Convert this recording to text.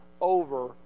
over